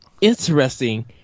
interesting